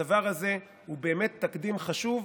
הדבר הזה הוא באמת תקדים חשוב.